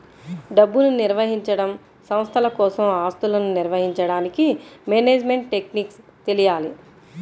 డబ్బుని నిర్వహించడం, సంస్థల కోసం ఆస్తులను నిర్వహించడానికి మేనేజ్మెంట్ టెక్నిక్స్ తెలియాలి